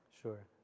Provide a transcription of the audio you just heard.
Sure